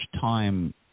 time